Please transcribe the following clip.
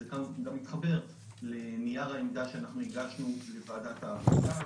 זה גם מתחבר לנייר העמדה שאנחנו הגשנו לוועדת העבודה,